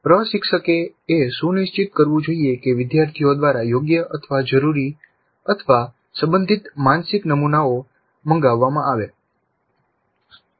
પ્રશિક્ષકે એ સુનિશ્ચિત કરવું જોઈએ કે વિદ્યાર્થીઓ દ્વારા યોગ્ય જરૂરી સંબંધિત માનસિક નમુનાઓ મંગાવવામાં આવે